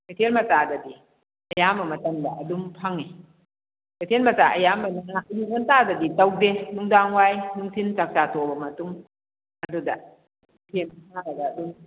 ꯀꯩꯊꯦꯜ ꯃꯆꯥꯗꯗꯤ ꯑꯌꯥꯝꯕ ꯃꯇꯝꯗ ꯑꯗꯨꯝ ꯐꯪꯒꯦ ꯀꯩꯊꯦꯜ ꯃꯆꯥ ꯑꯌꯥꯝꯕꯗꯅ ꯑꯌꯨꯛ ꯉꯟꯇꯥꯗꯗꯤ ꯇꯧꯗꯦ ꯅꯨꯡꯗꯥꯡ ꯋꯥꯏ ꯅꯨꯡꯊꯤꯜ ꯆꯥꯛꯆꯥ ꯇꯣꯛꯑꯕ ꯃꯇꯨꯡ ꯑꯗꯨꯗ ꯐꯦꯟ ꯊꯥꯔꯒ ꯑꯗꯨꯝ